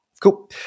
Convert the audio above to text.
Cool